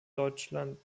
deutschland